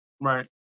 Right